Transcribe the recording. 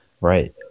Right